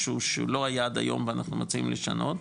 משהו שהוא לא היה עד היום ואנחנו מציעים לשנות,